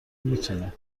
میتونه